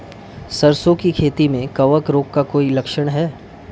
सरसों की खेती में कवक रोग का कोई लक्षण है?